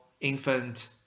infant